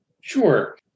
Sure